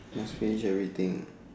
must finish everything